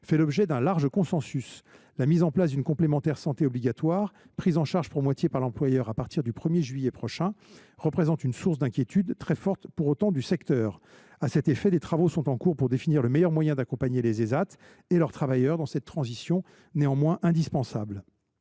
fait l’objet d’un large consensus. Cependant, la mise en place d’une complémentaire santé obligatoire, prise en charge pour moitié par l’employeur, à partir du 1 juillet 2024, représente une source d’inquiétude très forte pour le secteur. À cet effet, des travaux sont en cours pour définir le meilleur moyen d’accompagner les Ésat et leurs travailleurs dans cette transition indispensable.